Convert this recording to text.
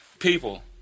people